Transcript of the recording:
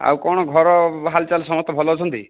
ଆଉ କଣ ଘର ହାଲ୍ଚାଲ୍ ସମସ୍ତେ ଭଲ ଅଛନ୍ତି